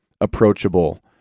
approachable